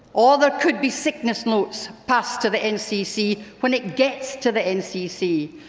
or there could be sickness notes passed to the ncc when it gets to the ncc,